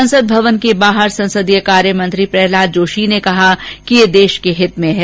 संसद भवन के बाहर संसदीय कार्यमंत्री प्रहलाद जोशी ने कहा कि यह देश के हित में है